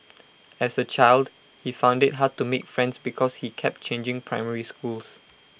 as A child he found IT hard to make friends because he kept changing primary schools